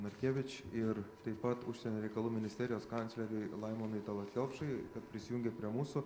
narkevič ir taip pat užsienio reikalų ministerijos kancleriui laimonui talat kelpšai kad prisijungė prie mūsų